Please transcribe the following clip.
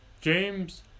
James